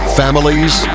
families